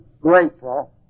grateful